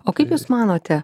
o kaip jūs manote